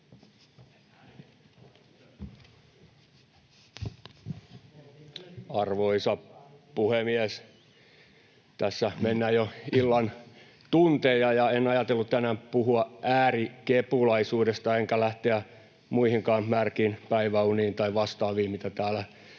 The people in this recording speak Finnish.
Arvoisa puhemies! Tässä mennään jo illan tunteja, enkä ajatellut tänään puhua äärikepulaisuudesta enkä lähteä muihinkaan märkiin päiväuniin tai vastaaviin, mitä täällä